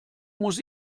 muss